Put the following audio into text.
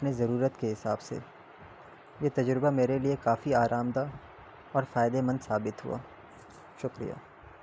اپنی ضرورت کے حساب سے یہ تجربہ میرے لیے کافی آرام دہ اور فائدے مند ثابت ہوا شکریہ